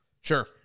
Sure